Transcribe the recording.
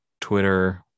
twitter